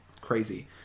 crazy